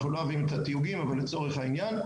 אנחנו לא אוהבים את התיוגים אבל לצורך העניין,